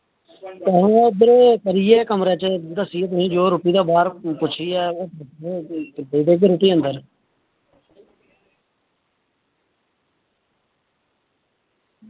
आहो उद्धर कमरै ई तुसें ई रुट्टी दा बाहर पुच्छियै देई ओड़गे रुट्टी अंदर